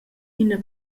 ina